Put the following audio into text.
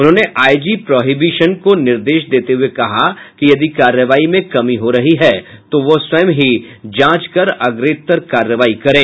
उन्होंने IG prohibition को निर्देश देते हुए कहा कि यदि कार्रवाई में कमी हो रही है तो वह स्वयं ही जांच कर अग्रेतर कार्रवाई करें